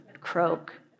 croak